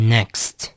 Next